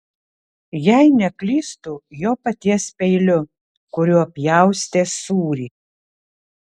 jei neklystu jo paties peiliu kuriuo pjaustė sūrį